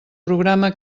programa